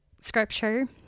scripture